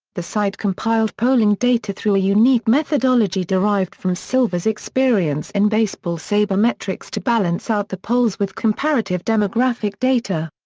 the site compiled polling data through a unique methodology derived from silver's experience in baseball sabermetrics to balance out the polls with comparative demographic data.